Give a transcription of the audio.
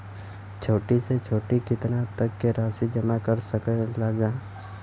छोटी से छोटी कितना तक के राशि जमा कर सकीलाजा?